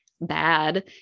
bad